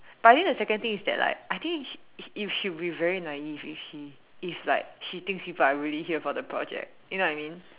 but I think the second thing is that like that I think she she would be very naive if she if like she thinks people are really here for the project you know what I mean